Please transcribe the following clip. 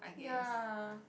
ya